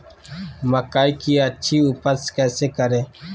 मकई की अच्छी उपज कैसे करे?